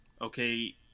okay